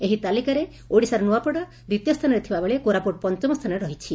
ଏହି ତାଲିକାରେ ଓଡ଼ିଶାର ନୂଆପଡ଼ା ଦି୍ତୀୟ ସ୍ଥାନରେ ଥିବାବେଳେ କୋରାପୁଟ ପଞ୍ଚମ ସ୍ଚାନରେ ରହିଛି